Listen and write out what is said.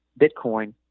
Bitcoin